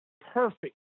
perfect